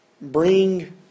bring